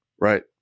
Right